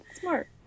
smart